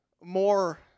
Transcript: more